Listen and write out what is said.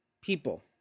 people